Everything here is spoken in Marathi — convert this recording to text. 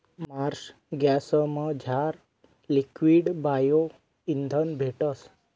मार्श गॅसमझार लिक्वीड बायो इंधन भेटस